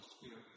Spirit